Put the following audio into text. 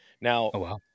Now